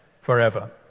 forever